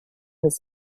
his